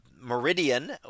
meridian